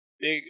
Big